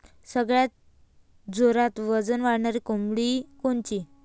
सगळ्यात जोरात वजन वाढणारी कोंबडी कोनची?